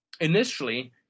Initially